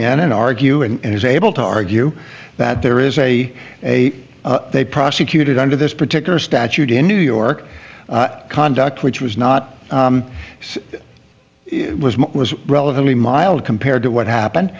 in and argue and is able to argue that there is a a they prosecuted under this particular statute in new york conduct which was not it was relatively mild compared to what happened